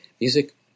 music